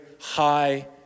high